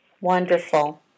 Wonderful